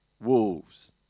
wolves